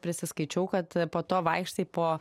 prisiskaičiau kad po to vaikštai po